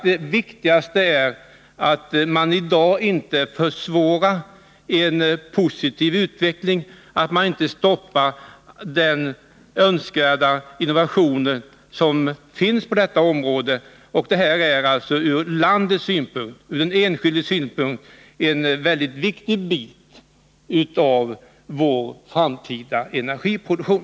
Det viktigaste är emellertid att man i dag inte försvårar en positiv utveckling, att man inte stoppar den önskvärda innovationen på detta område. Det här är alltså ur både landets och den enskildes synpunkt en väldigt viktig bit i vår framtida energiproduktion.